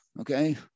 okay